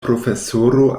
profesoro